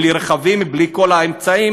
בלי כלי רכב ובלי כל האמצעים,